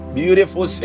beautiful